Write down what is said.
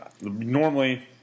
normally